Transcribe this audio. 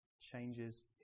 changes